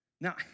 Now